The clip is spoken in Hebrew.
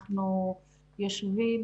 אנחנו יושבים